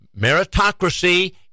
meritocracy